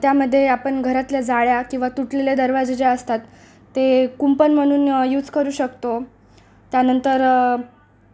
त्यामध्ये आपण घरातल्या जाळ्या किंवा तुटलेले दरवाजे जे असतात ते कुंपण म्हणून यूज करू शकतो त्यानंतर